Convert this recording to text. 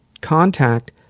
Contact